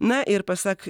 na ir pasak